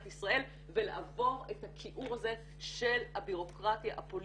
ישראל ולעבור את הכיעור הזה של הבירוקרטיה הפוליטית.